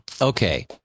Okay